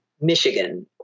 Michigan